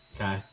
Okay